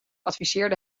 adviseerde